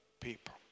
people